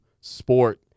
sport